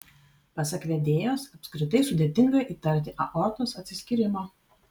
pasak vedėjos apskritai sudėtinga įtarti aortos atsiskyrimą